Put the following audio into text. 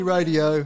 Radio